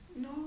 No